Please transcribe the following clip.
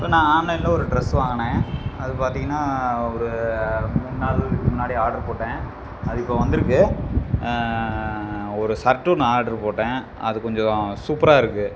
இப்போ நான் ஆன்லைன்ல ஒரு ட்ரெஸ் வாங்கினேன் அது பார்த்திங்கன்னா ஒரு மூணு நாள்க்கு முன்னாடி ஆட்ரு போட்டேன் அது இப்போ வந்திருக்கு ஒரு சர்ட்டு ஒன்று ஆட்ரு போட்டேன் அது கொஞ்சம் சூப்பராக இருக்குது